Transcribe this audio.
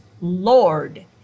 Lord